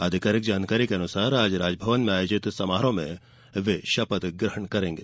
आधिकारिक जानकारी के अनुसार आज राजभवन में आयोजित समारोह में वे शपथ ग्रहण करेंगे